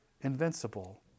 invincible